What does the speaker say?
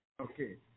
Okay